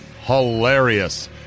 hilarious